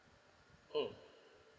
mm